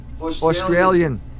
Australian